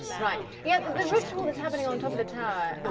right. yeah the ritual that's happening on top of the tower.